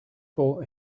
for